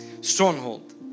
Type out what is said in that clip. stronghold